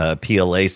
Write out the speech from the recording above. PLA